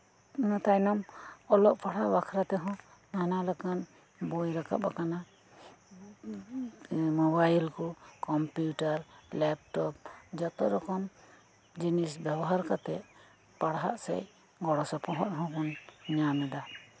ᱚᱱᱟᱛᱟᱭᱚᱢ ᱚᱞᱚᱜ ᱯᱟᱲᱦᱟᱜ ᱵᱟᱠᱷᱨᱟ ᱛᱮᱦᱚᱸ ᱱᱟᱱᱟ ᱨᱚᱠᱚᱢ ᱵᱳᱭ ᱨᱟᱠᱟᱵ ᱟᱠᱟᱱᱟ ᱢᱳᱵᱟᱭᱤᱞ ᱠᱚ ᱠᱚᱢᱯᱤᱭᱩᱴᱟᱨ ᱞᱮᱯᱴᱚᱯ ᱵᱮᱵᱚᱦᱟᱨ ᱠᱟᱛᱮᱫ ᱯᱟᱲᱦᱟᱣ ᱥᱮᱫ ᱜᱚᱲᱚ ᱥᱚᱯᱚᱦᱚᱫ ᱦᱚᱵᱚᱱ ᱧᱟᱢ ᱮᱫᱟ